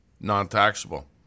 non-taxable